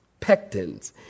pectins